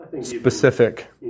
specific